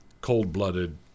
cold-blooded